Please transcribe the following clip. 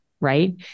right